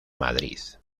madrid